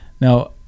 Now